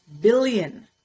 billion